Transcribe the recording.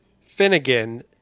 Finnegan